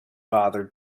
bothered